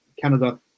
canada